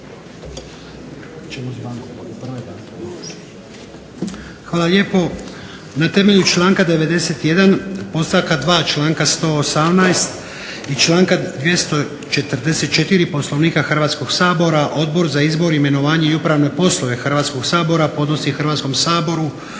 Hvala lijepo. Na temelju članka 91. podstavka 2. članka 118. i članka 244. Poslovnika Hrvatskog sabora Odbor za izbor, imenovanja i upravne poslove Hrvatskog sabora podnosi Hrvatskom saboru